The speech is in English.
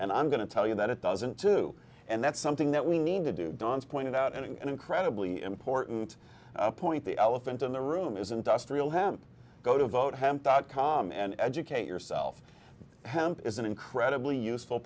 and i'm going to tell you that it doesn't too and that's something that we need to do don's pointed out and incredibly important point the elephant in the room is industrial hemp go to vote dot com and educate yourself hemp is an incredibly useful